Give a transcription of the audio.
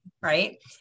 right